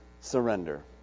surrender